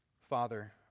Father